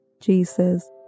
Jesus